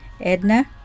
Edna